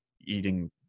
eating